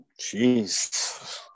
jeez